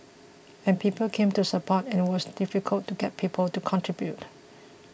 and people came to support and it was difficult to get people to contribute